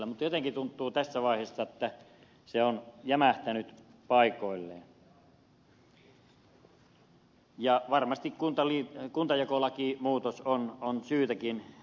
mutta jotenkin tuntuu tässä vaiheessa että se on jämähtänyt paikoilleen ja varmasti kuntajakolakimuutos on syytäkin nyt tehdä